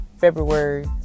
february